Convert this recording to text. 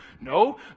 No